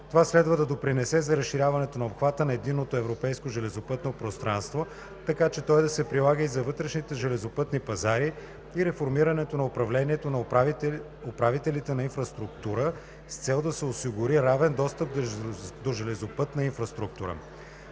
Това следва да допринесе за разширяването на обхвата на Единното европейско железопътно пространство, така че той да се прилага и за вътрешните железопътни пазари, и реформирането на управлението на управителите на инфраструктура с цел да се осигури равен достъп до железопътна инфраструктура.